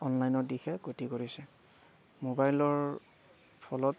অনলাইনৰ দিশে গতি কৰিছে ম'বাইলৰ ফলত